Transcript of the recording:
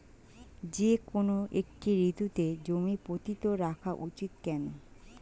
যেকোনো একটি ঋতুতে জমি পতিত রাখা উচিৎ কেন?